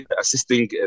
assisting